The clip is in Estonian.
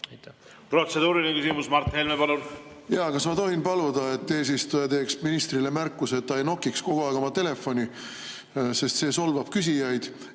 Protseduuriline küsimus, Mart Helme, palun! Jaa. Kas ma tohin paluda, et eesistuja teeks ministrile märkuse, et ta ei nokiks kogu aeg oma telefoni, sest see solvab küsijaid.